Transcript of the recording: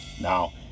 Now